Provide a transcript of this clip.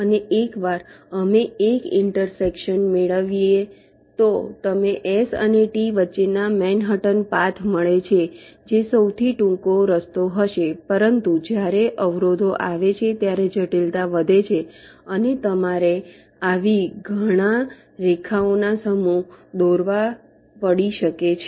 અને એકવાર અમે એક ઇન્ટરસેક્શન મેળવીએ તો તમને S અને T વચ્ચેનો મેનહટન પાથ મળે છે જે સૌથી ટૂંકો રસ્તો હશે પરંતુ જ્યારે અવરોધો આવે છે ત્યારે જટિલતા વધે છે અને તમારે આવી ઘણા રેખાઓ ના સમૂહ દોરવા પડી શકે છે